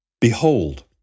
Behold